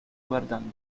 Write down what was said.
guardando